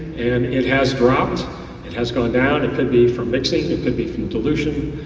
and it has dropped, it has gone down. it could be from mixing, it could be from dilution,